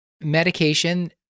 medication